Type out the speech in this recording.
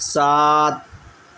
سات